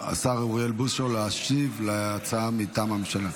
אוריאל בוסו להשיב על ההצעה מטעם הממשלה.